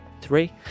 three